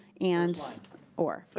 and or.